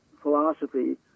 philosophy